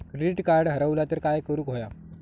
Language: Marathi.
क्रेडिट कार्ड हरवला तर काय करुक होया?